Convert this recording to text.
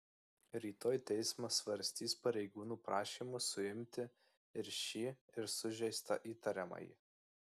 rytoj teismas svarstys pareigūnų prašymus suimti ir šį ir sužeistą įtariamąjį